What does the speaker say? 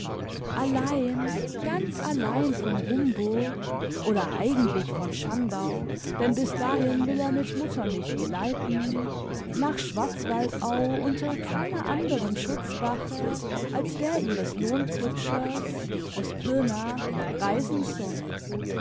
allein ganz allein von rumburg oder eigentlich von schandau denn bis dahin will er mit mutter mich geleiten nach schwarzwaldau unter keiner anderen schutzwache als der ihres lohnkutschers aus pirna reisen soll